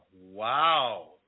Wow